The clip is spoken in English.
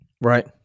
Right